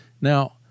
Now